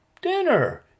Dinner